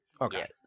Okay